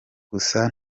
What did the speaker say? gusa